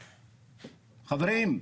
חברים,